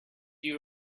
you